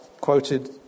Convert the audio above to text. quoted